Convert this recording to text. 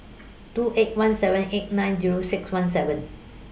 two eight one seven eight nine Zero six one seven